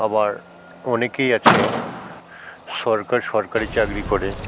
আবার অনেকেই আছে সরকার সরকারি চাকরি করে